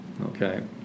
Okay